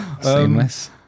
Seamless